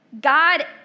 God